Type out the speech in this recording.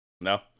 no